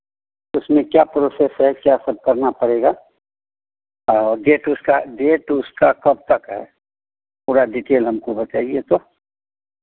उसमें क्या प्रोसेस है क्या सब करना पड़ेगा डेट उसका डेट उसका कब तक है पूरा डिटेल हमको बताइए तो